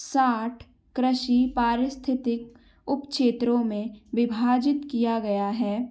साठ कृषि पारिस्थितिक उपक्षेत्रों में विभाजित किया गया है